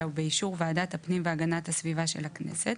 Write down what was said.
ובאישור ועדת הפנים והגנת הסביבה של הכנסת